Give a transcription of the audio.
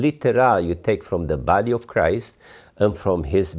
literal you take from the body of christ and from his